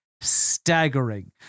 staggering